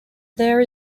there